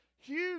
huge